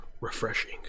refreshing